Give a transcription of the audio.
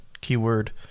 Keyword